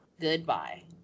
Goodbye